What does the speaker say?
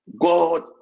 God